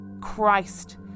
Christ